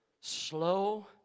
Slow